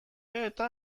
eta